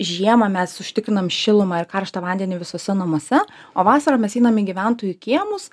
žiemą mes užtikrinam šilumą ir karštą vandenį visuose namuose o vasarą mes einam į gyventojų kiemus